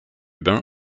bain